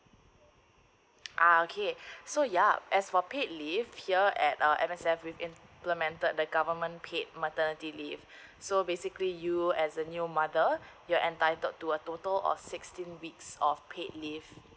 ah okay so yup as for paid leave here at M_S_F we've implemented the government paid maternity leave so basically you as a new mother you're entitled to a total of sixteen weeks of paid leave